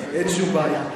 אין שום בעיה.